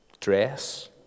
Dress